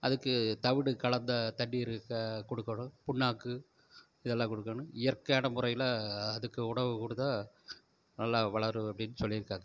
அதுக்குத் தவிடு கலந்த தண்ணீர் க கொடுக்கணும் புண்ணாக்கு இதெல்லாம் கொடுக்கணும் இயற்கையான முறையில் அதுக்கு உணவு கொடுத்தா நல்லா வளரும் அப்படின் சொல்லியிருக்காங்க